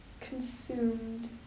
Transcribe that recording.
consumed